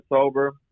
sober